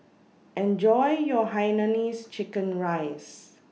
Enjoy your Hainanese Chicken Rice